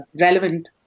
relevant